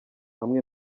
hamwe